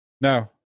No